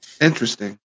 Interesting